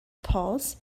polls